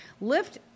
lift